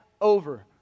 over